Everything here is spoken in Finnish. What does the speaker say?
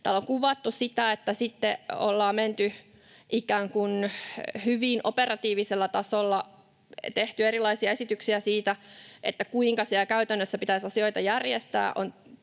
Täällä on kuvattu sitä, että sitten ollaan ikään kuin hyvin operatiivisella tasolla tehty erilaisia esityksiä siitä, kuinka siellä käytännössä pitäisi asioita järjestää,